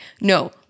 No